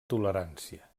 tolerància